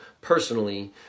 personally